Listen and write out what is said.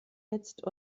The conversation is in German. jetzt